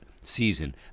season